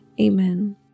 Amen